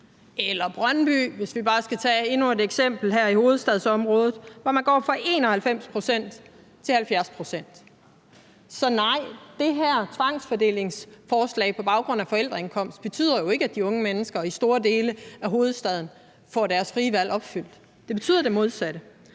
unge i Brøndby, hvis vi bare skal tage endnu et eksempel her i hovedstadsområdet, hvor man går fra 91 pct. til 70 pct. Så nej, det her tvangsfordelingsforslag på baggrund af forældreindkomst betyder jo ikke, at de unge mennesker i store dele af hovedstaden får deres frie valg opfyldt; det betyder det modsatte.